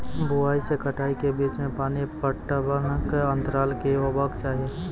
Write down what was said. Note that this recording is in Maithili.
बुआई से कटाई के बीच मे पानि पटबनक अन्तराल की हेबाक चाही?